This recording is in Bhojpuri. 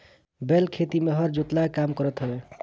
बैल खेती में हर जोतला के काम करत हवे